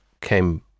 came